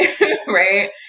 right